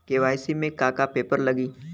KYC में का का पेपर लगी?